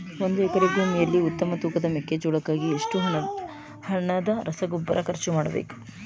ಒಂದು ಎಕರೆ ಭೂಮಿಯಲ್ಲಿ ಉತ್ತಮ ತೂಕದ ಮೆಕ್ಕೆಜೋಳಕ್ಕಾಗಿ ಎಷ್ಟು ಹಣದ ರಸಗೊಬ್ಬರ ಖರ್ಚು ಮಾಡಬೇಕು?